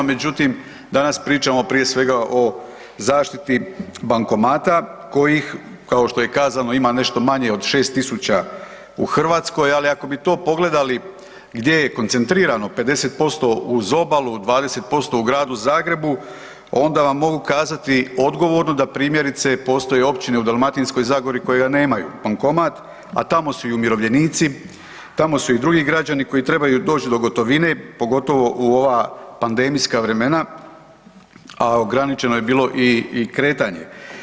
Međutim, danas pričamo prije svega o zaštiti bankomata kojih kao što je kazano ima nešto manje od 6.000 u Hrvatskoj, ali ako bi to pogledali gdje je koncentrirano 50% uz obalu, 20% u Gradu Zagrebu onda vam mogu kazati odgovorno da primjerice postoje općine u Dalmatinskoj zagori koje nemaju bankomat, a tamo su i umirovljenici, tamo su i drugi građani koji trebaju doć do gotovine, pogotovo u ova pandemijska vremena, a ograničeno je bilo i kretanje.